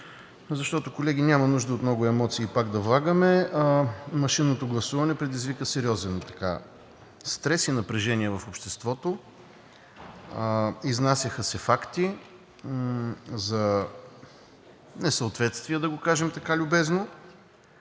защото, колеги, няма нужда да влагаме пак много емоции. Машинното гласуване предизвика сериозен стрес и напрежение в обществото. Изнасяха се факти за несъответствия – да го кажем така любезно,